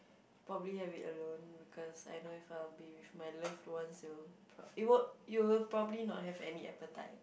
probably have it alone because I know if I will be with my loved ones it'll p~ it would it would probably not have any appetite